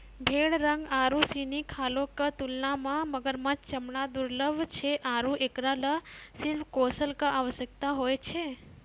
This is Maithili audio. भेड़ रंग आरु सिनी खालो क तुलना म मगरमच्छ चमड़ा दुर्लभ छै आरु एकरा ल शिल्प कौशल कॅ आवश्यकता होय छै